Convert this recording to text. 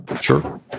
sure